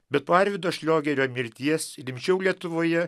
bet po arvydo šliogerio mirties rimčiau lietuvoje